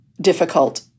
difficult